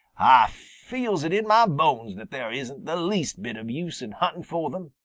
ah feels it in mah bones that there isn't the least bit of use in huntin' fo' them,